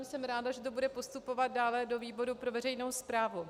Jsem ráda, že to bude postupovat dále do výboru pro veřejnou správu.